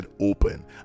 open